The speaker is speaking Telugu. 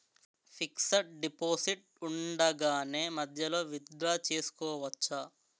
ఫిక్సడ్ డెపోసిట్ ఉండగానే మధ్యలో విత్ డ్రా చేసుకోవచ్చా?